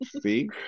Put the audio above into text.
See